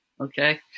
Okay